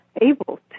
able